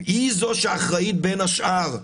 היא זו שאחראית, בין השאר,